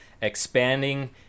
expanding